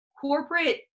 corporate